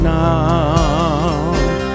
now